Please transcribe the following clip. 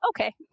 okay